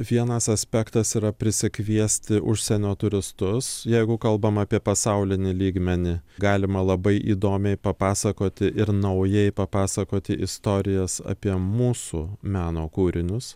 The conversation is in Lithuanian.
vienas aspektas yra prisikviesti užsienio turistus jeigu kalbam apie pasaulinį lygmenį galima labai įdomiai papasakoti ir naujai papasakoti istorijas apie mūsų meno kūrinius